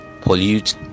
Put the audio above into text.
pollute